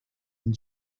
and